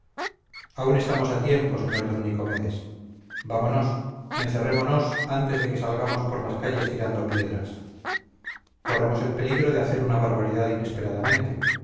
aún estamos a tiempo sr d nicomedes vámonos encerrémonos antes de que salgamos por las calles tirando piedras corremos el peligro de hacer una barbaridad inesperadamente